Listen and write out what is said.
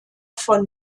von